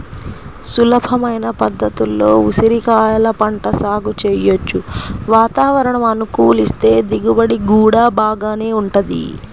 సులభమైన పద్ధతుల్లో ఉసిరికాయల పంట సాగు చెయ్యొచ్చు, వాతావరణం అనుకూలిస్తే దిగుబడి గూడా బాగానే వుంటది